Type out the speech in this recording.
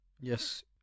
Yes